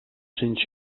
cents